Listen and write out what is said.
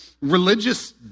religious